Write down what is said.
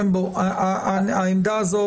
העמדה הזו